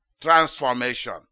transformation